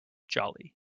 jolly